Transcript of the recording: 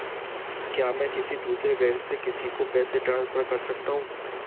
क्या मैं किसी दूसरे बैंक से किसी को पैसे ट्रांसफर कर सकता हूं?